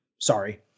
Sorry